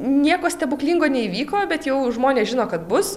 nieko stebuklingo neįvyko bet jau žmonės žino kad bus